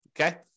Okay